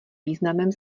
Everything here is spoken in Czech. významem